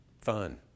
fun